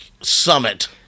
summit